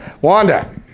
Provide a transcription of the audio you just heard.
Wanda